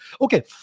Okay